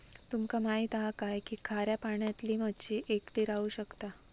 तुमका माहित हा काय की खाऱ्या पाण्यातली मच्छी एकटी राहू शकता